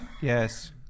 Yes